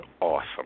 Awesome